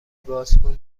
بازکن